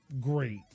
great